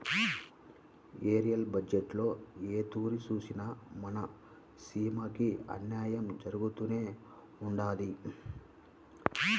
rail బజ్జెట్టులో ఏ తూరి సూసినా మన సీమకి అన్నాయం జరగతానే ఉండాది